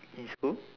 in school